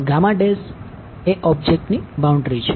એ object છે